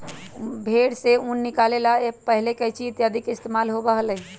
भेंड़ से ऊन निकाले ला पहले कैंची इत्यादि के इस्तेमाल होबा हलय